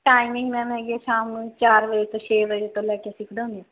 timing ma'am ਹੈਗੀ ਆ ਸ਼ਾਮ ਨੂੰ ਚਾਰ ਵਜੇ ਤੋਂ ਛੇ ਵਜੇ ਤੋਂ ਲੈ ਕੇ ਅਸੀਂ ਖਿਡਾਉਂਦੇ ਹਾਂ